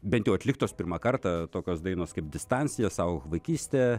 bent jau atliktos pirmą kartą tokios dainos kaip distancija saugok vaikystę